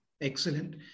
Excellent